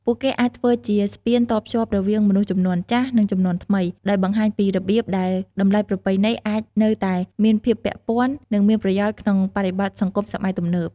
ពួកគេអាចធ្វើជាស្ពានតភ្ជាប់រវាងមនុស្សជំនាន់ចាស់ និងជំនាន់ថ្មី ដោយបង្ហាញពីរបៀបដែលតម្លៃប្រពៃណីអាចនៅតែមានភាពពាក់ព័ន្ធ និងមានប្រយោជន៍ក្នុងបរិបទសង្គមសម័យទំនើប។